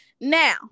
Now